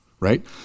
right